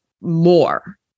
more